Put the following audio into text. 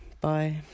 bye